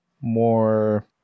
more